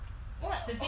what oh